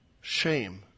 Shame